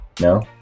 No